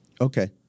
Okay